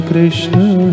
Krishna